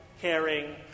caring